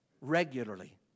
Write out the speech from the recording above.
regularly